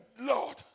Lord